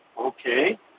okay